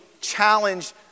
challenge